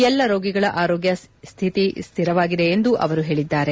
ಎಲ್ಲ ರೋಗಿಗಳ ಆರೋಗ್ಯ ಶ್ವಿತಿ ಸ್ವಿರವಾಗಿದೆ ಎಂದು ಅವರು ತಿಳಿಸಿದ್ದಾರೆ